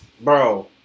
Bro